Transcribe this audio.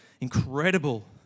incredible